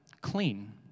clean